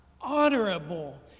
honorable